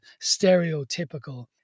stereotypical